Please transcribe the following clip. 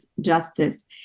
justice